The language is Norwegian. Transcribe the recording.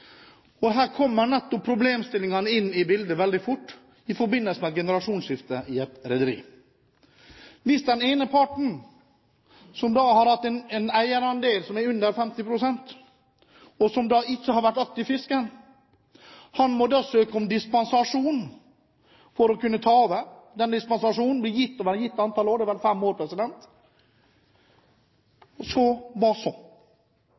Her kommer nettopp problemstillingen inn i bildet veldig fort i forbindelse med et generasjonsskifte i et rederi. Hvis den ene parten har hatt en eierandel som er på under 50 pst., og ikke har vært aktiv fisker, må han da søke om dispensasjon for å kunne ta over. Den dispensasjonen blir gitt over et visst antall år, det er vel fem år. Hva så?